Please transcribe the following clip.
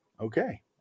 Okay